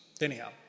Anyhow